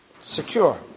Secure